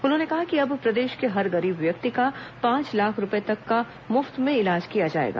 उन्होंने कहा कि अब प्रदेश के हर गरीब व्यक्ति का पांच लाख रूपये तक का मुफ्त में इलाज किया जाएगा